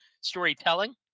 storytelling